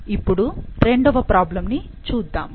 ఇప్పుడు రెండవ ప్రాబ్లమ్ ని చూద్దాము